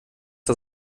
das